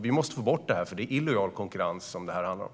Vi måste få bort detta, för det handlar om illojal konkurrens.